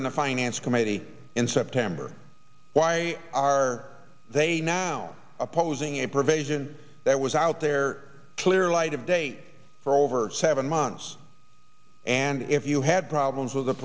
in the finance committee in september why are they now opposing a provision that was out there clear light of day for over seven months and if you had problems with the